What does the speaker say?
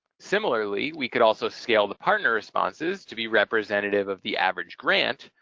similarly, we could also scale the partner responses to be representative of the average grant,